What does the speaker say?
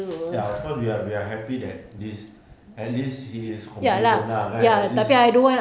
ya of course we are we are happy that this at least he is competent lah